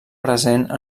present